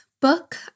book